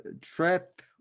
trip